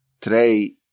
Today